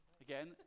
Again